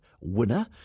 winner